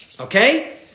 okay